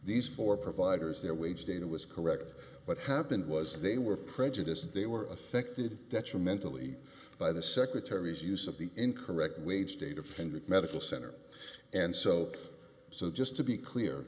these four providers their wage data was correct what happened was they were prejudiced they were affected detrimental e by the secretary's use of the incorrect wage state offended medical center and so so just to be clear